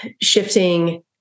shifting